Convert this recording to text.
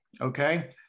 Okay